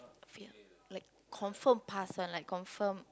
fail like confirm pass one like confirm